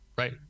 Right